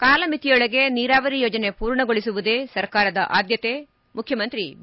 ಕಾಲಮಿತಿಯೊಳಗೆ ನೀರಾವರಿ ಯೋಜನೆ ಪೂರ್ಣಗೊಳಿಸುವುದೇ ಸರ್ಕಾರದ ಆದ್ದತೆ ಮುಖ್ಯಮಂತ್ರಿ ಬಿ